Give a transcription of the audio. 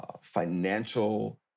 financial